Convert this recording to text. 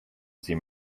seem